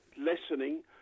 lessening